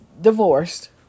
divorced